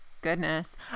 Goodness